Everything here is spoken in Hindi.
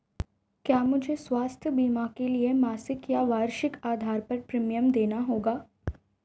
क्या मुझे स्वास्थ्य बीमा के लिए मासिक या वार्षिक आधार पर प्रीमियम देना होगा?